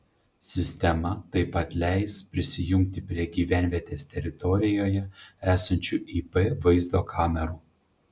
sistema taip pat leis prisijungti prie gyvenvietės teritorijoje esančių ip vaizdo kamerų